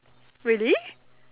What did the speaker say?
really